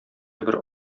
бер